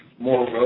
more